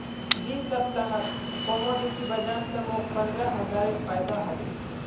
दी सप्ताहत कमोडिटी बाजार स मोक पंद्रह हजारेर फायदा हले